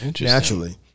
naturally